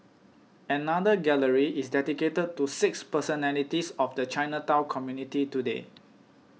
another gallery is dedicated to six personalities of the Chinatown community today